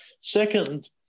Second